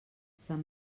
sant